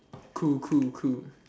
cool cool cool